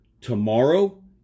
tomorrow